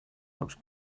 looks